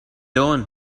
doing